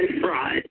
fraud